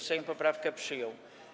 Sejm poprawkę przyjął.